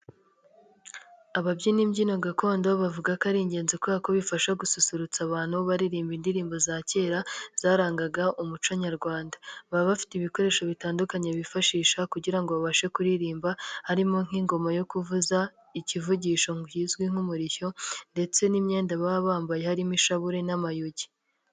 Ababyina imbyino gakondo bavuga ko ari ingenzi kubera ko bifasha gususurutsa abantu baririmba indirimbo za kera zarangaga umuco nyarwanda, baba bafite ibikoresho bitandukanye bifashisha kugirango babashe kuririmba harimo nk'ingoma yo kuvuza, ikivugisho kizwi nk'umurishyo, ndetse n'imyenda baba bambaye harimo inshabure n'amayugi.